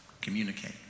communicate